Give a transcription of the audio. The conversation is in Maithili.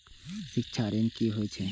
शिक्षा ऋण की होय छै?